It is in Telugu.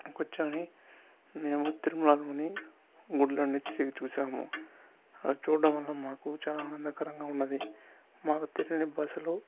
కూర్చొని మేము తిరుమలా లోని గుళ్ళన్ని తిరిగి చూశాము అలా చూడడం వలన మాకు చాలా ఆనందకరంగా ఉన్నది మాకు తెలియని భాషలో